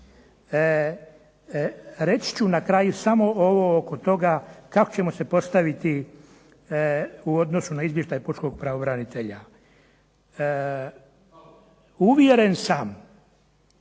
Reći ću na kraju samo ovo oko toga kako ćemo se postaviti u odnosu na izvještaj Pučkog pravobranitelja. Uvjeren sam